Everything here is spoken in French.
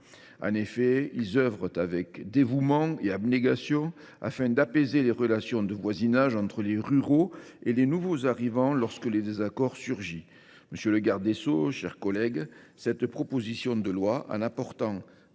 En effet, ils œuvrent avec dévouement et abnégation à l’apaisement des relations de voisinage entre les ruraux et les nouveaux arrivants lorsqu’un désaccord surgit. Monsieur le garde des sceaux, mes chers collègues, cette proposition de loi, en apportant